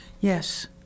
Yes